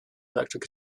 electric